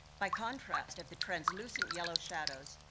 by contrast of the translucent yellow shadows,